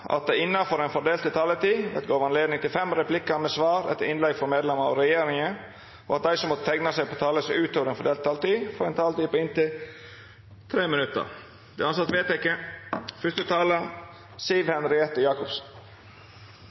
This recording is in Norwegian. det – innanfor den fordelte taletida – vert gjeve anledning til fem replikkar med svar etter innlegg frå medlemer av regjeringa, og at dei som måtte teikna seg på talarlista utover den fordelte taletida, får ei taletid på inntil 3 minutt. – Det er vedteke.